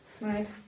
Right